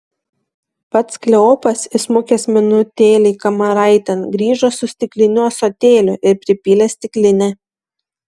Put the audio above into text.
pats kleopas įsmukęs minutėlei kamaraitėn grįžo su stikliniu ąsotėliu ir pripylė stiklinę